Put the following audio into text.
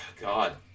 God